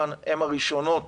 הן הראשונות